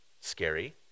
scary